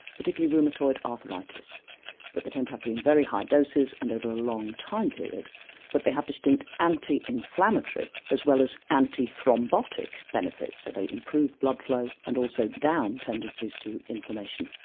particularly rheumatoid arthritis but they tend to have to be in very high doses and over a long time period but they have distinct anti-inflammatory as well as anti-thrombotic benefits so they improve blood flow and also down tendencies to inflammation.